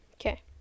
Okay